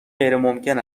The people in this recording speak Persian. غیرممکن